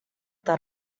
that